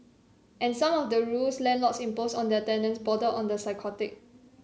and some of the rules landlords impose on their tenants border on the psychotic